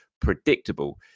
predictable